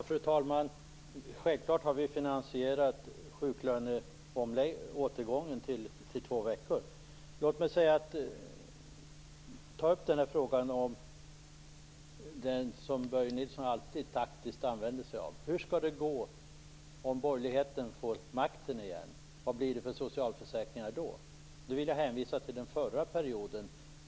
Fru talman! Självklart har vi finansierat återgången av sjuklönen till två veckor. Låt mig ta upp den fråga som Börje Nilsson alltid taktiskt använder sig av: Hur skall det gå om borgerligheten får makten igen? Vad blir det för socialförsäkringar då? Där vill jag hänvisa till den förra perioden.